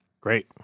Great